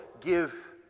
give